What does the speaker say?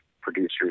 producers